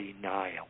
denial